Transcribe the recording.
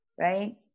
right